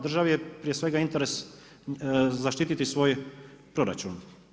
Državi je prije svega interes zaštititi svoj proračun.